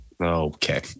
Okay